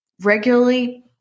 regularly